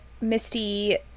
Misty